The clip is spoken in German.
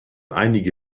einige